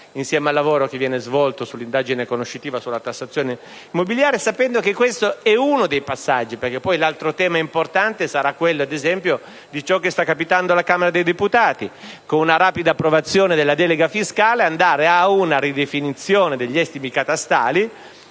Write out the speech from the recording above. il lavoro che viene svolto sull'indagine conoscitiva sulla tassazione mobiliare, sapendo che questo è uno dei passaggi. Un altro tema importante, infatti, ha a che vedere con ciò che sta capitando alla Camera dei deputati. Con una rapida approvazione della delega fiscale si andrà ad una ridefinizione degli estimi catastali,